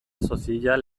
sozial